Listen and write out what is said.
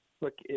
look